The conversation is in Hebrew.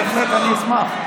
בהחלט אני אשמח.